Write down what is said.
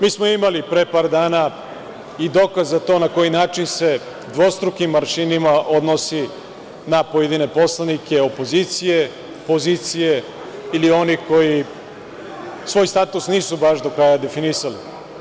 Mi smo imali pre par dana i dokaz za to na koji način se dvostrukim aršinima odnosi na pojedina poslanike opozicije, pozicije ili onih koji svoj status nisu baš do kraja definisali.